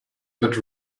put